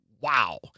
Wow